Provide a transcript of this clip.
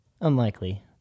unlikely